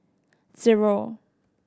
zero